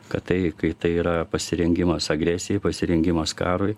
kad tai kai tai yra pasirengimas agresijai pasirengimas karui